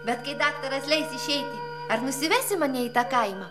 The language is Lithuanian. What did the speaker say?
bet kai daktaras leis išeiti ar nusivesi mane į tą kaimą